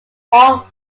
all